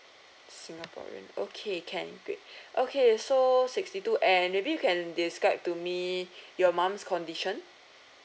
singaporean okay can good okay so sixty two and maybe you can describe to me your mom's condition